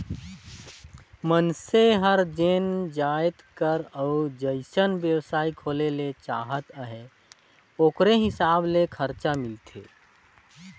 मइनसे हर जेन जाएत कर अउ जइसन बेवसाय खोले ले चाहत अहे ओकरे हिसाब ले खरचा मिलथे